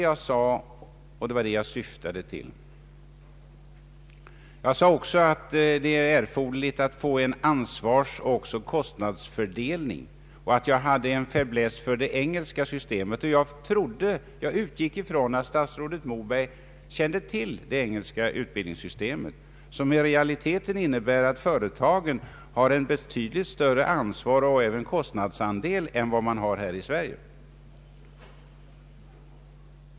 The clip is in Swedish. Jag sade också att det fordras en ansvarsoch kostnadsfördelning och att jag hade en faiblesse för det engelska systemet. Jag utgick ifrån att statsrådet Moberg kände till det engelska utbildningssystemet, som i realiteten innebär att företagen har ett betydligt större ansvar och även en betydligt större kostnadsandel än de har i Sverige.